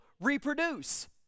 reproduce